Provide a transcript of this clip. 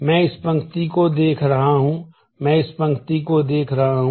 मैं इस पंक्ति को देख रहा हूं मैं इस पंक्ति को देख रहा हूं